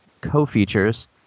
co-features